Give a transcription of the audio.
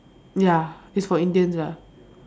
ya it's for indians lah